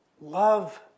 love